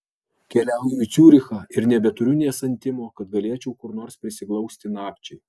keliauju į ciurichą ir nebeturiu nė santimo kad galėčiau kur nors prisiglausti nakčiai